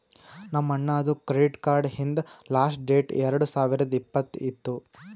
ನಮ್ ಅಣ್ಣಾದು credit card ಹಿಂದ್ ಲಾಸ್ಟ್ ಡೇಟ್ ಎರಡು ಸಾವಿರದ್ ಇಪ್ಪತ್ತ್ ಇತ್ತು